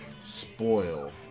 spoil